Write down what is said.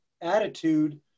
attitude